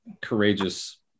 courageous